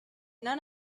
none